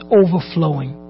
overflowing